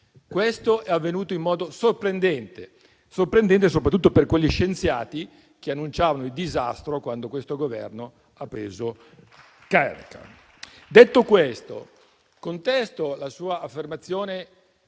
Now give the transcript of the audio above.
Questo è avvenuto in modo sorprendente, soprattutto per quegli scienziati che annunciavano il disastro quando questo Governo è entrato in carica. Detto questo, contesto la sua affermazione